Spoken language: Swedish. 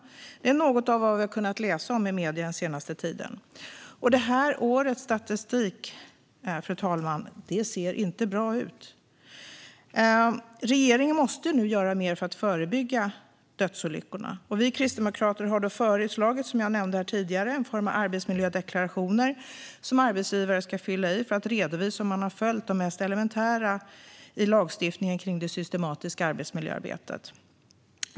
Det är något av vad vi har kunnat läsa om i medierna den senaste tiden. Det här årets statistik ser inte bra ut. Regeringen måste nu göra mer för att förebygga dödsolyckorna. Vi kristdemokrater har föreslagit, som jag nämnde här tidigare, en form av arbetsmiljödeklarationer som arbetsgivare ska fylla i för att redovisa att man har följt det mest elementära i lagstiftningen om det systematiska arbetsmiljöarbetet.